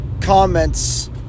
comments